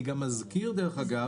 דרך אגב,